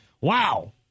Wow